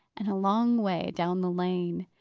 and a long way down the lane.